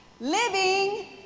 living